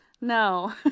No